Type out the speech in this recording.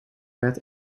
werd